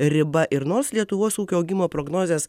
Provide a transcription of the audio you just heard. riba ir nors lietuvos ūkio augimo prognozės